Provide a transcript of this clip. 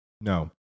No